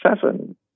seven